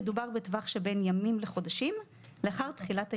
מדובר בטווח שבין ימים לחודשים לאחר תחילת ההתנכלות,